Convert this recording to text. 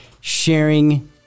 sharing